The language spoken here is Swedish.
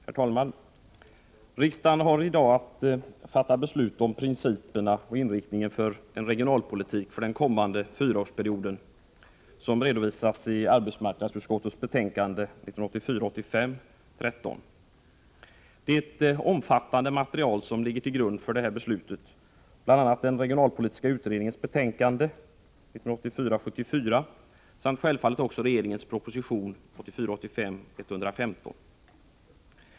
Herr talman! Riksdagen har i dag att fatta beslut om principerna för och inriktningen av regionalpolitiken för den kommande fyraårsperioden, vilket redovisas i arbetsmarknadsutskottets betänkande 1984 85:115.